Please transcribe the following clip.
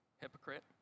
hypocrite